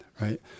right